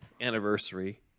anniversary